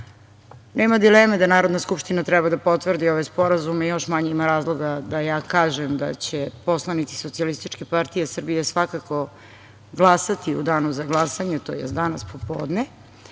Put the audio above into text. Nema dileme da Narodna skupština treba da potvrdi ove sporazume, a još manje ima razloga da ja kažem da će poslanici SPS svakako glasati u danu za glasanje, tj. danas popodne. Ali